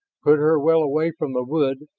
put her well away from the wood,